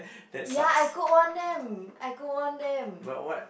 ya I could warn them I could warn them